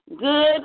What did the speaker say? good